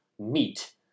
meat